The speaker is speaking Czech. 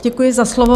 Děkuji za slovo.